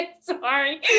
sorry